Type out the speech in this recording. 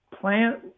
plant